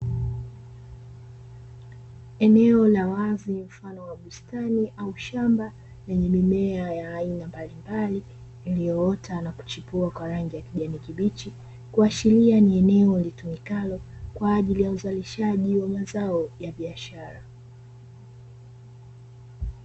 Eneo la wazi mfano wa bustani au shamba lenye mimea ya aina mbalimbali iliyoota na kuchipua kwa rangi ya kijani kibichi, kuashilia ni eneo lilitumikalo kwa ajili ya uzalishaji wa mazao ya biashara.